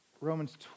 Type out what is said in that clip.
Romans